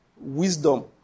Wisdom